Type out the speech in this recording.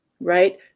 right